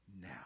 Now